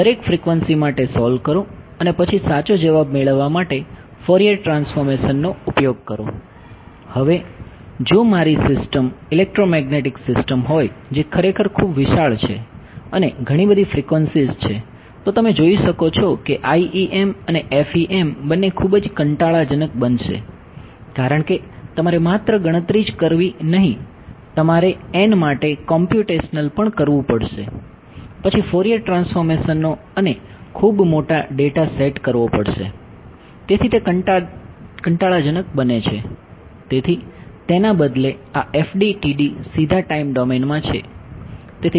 દરેક ફ્રિકવન્સી માટે સોલ્વ કરો અને પછી સાચો જવાબ મેળવવા માટે ફોરિયર માં